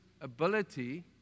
ability